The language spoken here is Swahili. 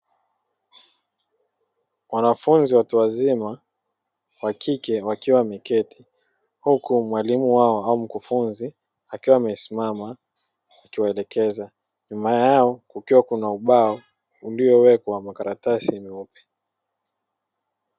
Wanafunzi watu wazima wa kike wakiwa wameketi huku mwalimu wao au mkufunzi akiwa amesimama akiwaelekeza nyuma yao kukiwa kuna ubao uliowekwa makaratasi meupe.